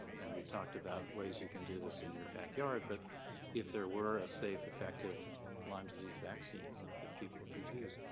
and we've talked about ways you can do this in your backyard, but if there were a safe, effective lyme disease vaccine that people could use,